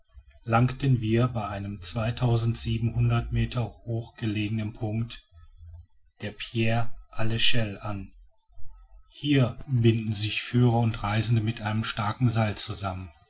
langten wir bei einem meter hoch gelegenen punkte der pierre lechelle an hier binden sich führer und reisende mit einem starken seil zusammen